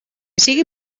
sigui